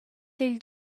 dil